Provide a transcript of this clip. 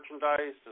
merchandise